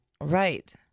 Right